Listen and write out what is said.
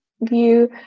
view